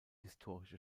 historische